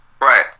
Right